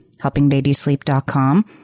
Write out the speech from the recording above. helpingbabysleep.com